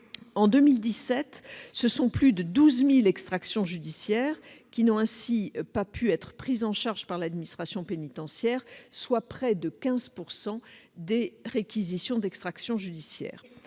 En 2017, plus de 12 000 extractions judiciaires n'ont ainsi pas pu être prises en charge par l'administration pénitentiaire, soit près de 15 % des réquisitions d'extraction judiciaire.